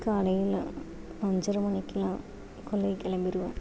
காலையில் அஞ்சரை மணிக்குலாம் கொல்லைக்கு கிளம்பிருவேன்